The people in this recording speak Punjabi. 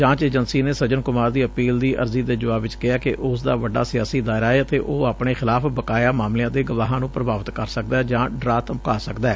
ਜਾਂਚ ਏਜੰਸੀ ਨੇ ਸੱਜਨ ਕੁਮਾਰ ਦੀ ਅਪੀਲ ਦੀ ਅਰਜ਼ੀ ਦੇ ਜੁਆਬ ਵਿਚ ਕਿਹੈ ਕਿ ਉਸ ਦਾ ਵੱਡਾ ਸਿਆਸੀ ਦਾਇਰਾ ਏ ਅਤੇ ਉਹ ਆਪਣੇ ਖਿਲਾਫ਼ ਬਕਾਇਆ ਮਾਮਲਿਆਂ ਦੇ ਗਵਾਹਾਂ ਨੂੰ ਪੁਭਾਵਿਤ ਕਰ ਸਕਦੈ ਜਾਂ ਡਰਾ ਧਮਕਾ ਸਕਦੈ